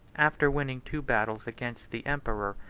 after winning two battles against the emperor,